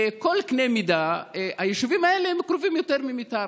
בכל קנה מידה, היישובים האלה קרובים יותר ממיתר.